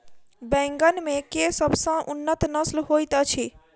बैंगन मे केँ सबसँ उन्नत नस्ल होइत अछि?